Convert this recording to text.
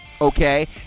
okay